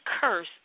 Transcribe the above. curse